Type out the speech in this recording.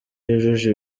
yujuje